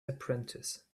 apprentice